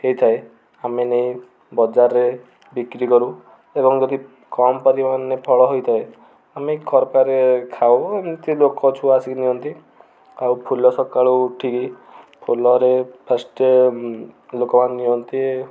ହୋଇଥାଏ ଆମେ ନେଇ ବଜାରରେ ବିକ୍ରିକରୁ ଏବଂ ଯଦି କମ୍ ପରିମାଣରେ ଫଳ ହୋଇଥାଏ ଆମେ ଖରପାରେ ଖାଉ ଏମିତି ଲୋକ ଛୁଆ ଆସିକି ନିଅନ୍ତି ଆଉ ଫୁଲ ସକାଳୁ ଉଠିକି ଫୁଲରେ ଫାର୍ଷ୍ଟ୍ ଲୋକମାନେ ନିଅନ୍ତି